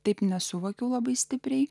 taip nesuvokiu labai stipriai